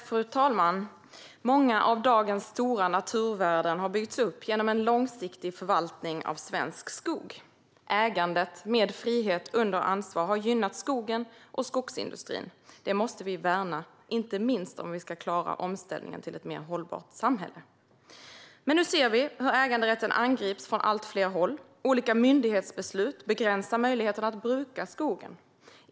Fru talman! Många av dagens stora naturvärden har byggts upp genom långsiktig förvaltning av svensk skog. Ägandet med frihet under ansvar har gynnat skogen och skogsindustrin. Detta måste vi värna, inte minst om vi ska klara omställningen till ett mer hållbart samhälle. Men nu ser vi hur äganderätten angrips från allt fler håll. Olika myndighetsbeslut begränsar möjligheten att bruka skogen.